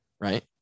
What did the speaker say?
right